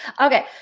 Okay